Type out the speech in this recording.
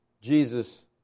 Jesus